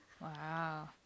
Wow